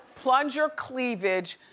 plunge your cleavage.